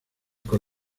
con